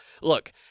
Look